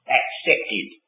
accepted